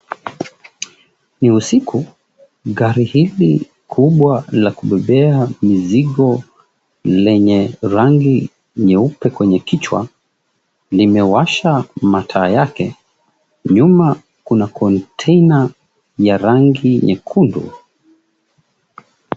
Ni usiku. Gari hili kubwa la kubebea mizigo lenye rangi nyeupe kwenye kichwa limewasha mataa yake. Nyuma kuna container ya rangi nyekundu.